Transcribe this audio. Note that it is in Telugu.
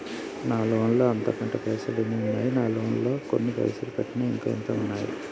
నా లోన్ లా అత్తే కట్టే పైసల్ ఎన్ని ఉన్నాయి నా లోన్ లా కొన్ని పైసల్ కట్టిన ఇంకా ఎంత ఉన్నాయి?